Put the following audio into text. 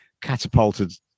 catapulted